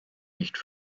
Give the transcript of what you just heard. nicht